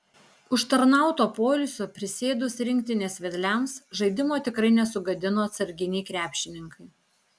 užtarnauto poilsio prisėdus rinktinės vedliams žaidimo tikrai nesugadino atsarginiai krepšininkai